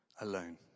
alone